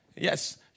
Yes